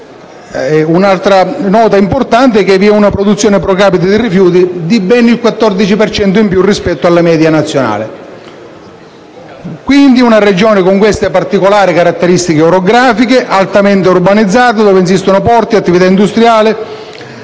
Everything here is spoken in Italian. Un'altra nota importante è che vi è una produzione *pro-capite* di rifiuti di ben il 14 per cento in più rispetto alla media nazionale. Quindi, una Regione con particolari caratteristiche orografiche, altamente urbanizzata, dove insistono porti e attività industriali,